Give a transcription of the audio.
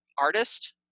artist